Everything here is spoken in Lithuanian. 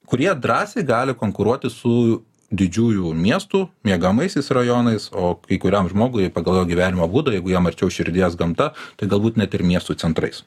kurie drąsiai gali konkuruoti su didžiųjų miestų miegamaisiais rajonais o kai kuriam žmogui pagal jo gyvenimo būdą jeigu jam arčiau širdies gamta tai galbūt net ir miestų centrais